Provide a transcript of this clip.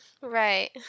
Right